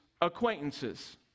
acquaintances